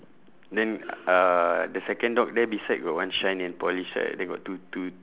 then uh the second dog there beside got one shine and polish right then got two two